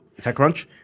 TechCrunch